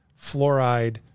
fluoride